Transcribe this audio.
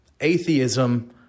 atheism